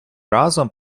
разом